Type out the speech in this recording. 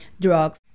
drug